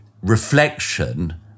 reflection